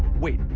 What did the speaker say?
wait,